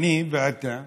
אני ואתה,